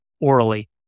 orally